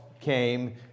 came